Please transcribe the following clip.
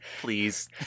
please